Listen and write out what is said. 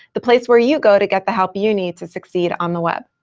the place where you go to get the help you need to succeed on the web.